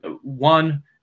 one